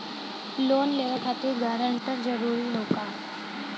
Loan लेवब खातिर guarantor जरूरी हाउ का?